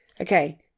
Okay